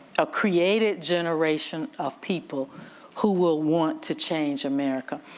a created generation of people who will want to change america.